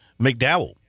McDowell